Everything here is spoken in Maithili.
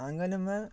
आँगनमे